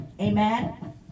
Amen